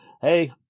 Hey